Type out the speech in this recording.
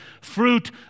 fruit